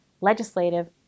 legislative